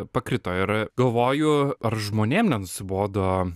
pakrito ir galvoju ar žmonėm nenusibodo